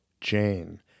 Jane